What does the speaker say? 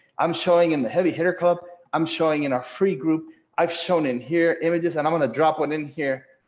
i'm showing him the heavy hitter cup i'm showing in our free group i've shown in here images and i'm gonna drop one in here.